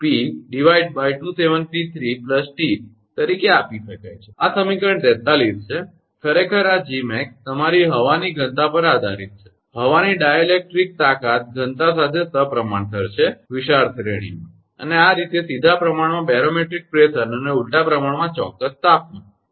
392𝑝273𝑡 તરીકે આપી શકાય છે આ સમીકરણ 43 છે ખરેખર આ 𝐺𝑚𝑎𝑥0 તમારી હવાની ઘનતા પર આધારીત છે હવાની ડાઇલેક્ટ્રિક તાકાત ઘનતા સાથે સપ્રમાણસર છે વિશાળ શ્રેણીમાં બરાબર અને આ રીતે સીધા પ્રમાણમાં બેરોમેટ્રિક પ્રેશર અને ઊલ્ટા પ્રમાણમાં ચોક્કસ તાપમાન બરાબર